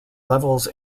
levels